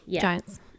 Giants